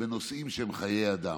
בנושאים שהם חיי אדם.